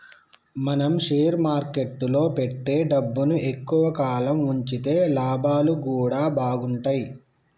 మనం షేర్ మార్కెట్టులో పెట్టే డబ్బుని ఎక్కువ కాలం వుంచితే లాభాలు గూడా బాగుంటయ్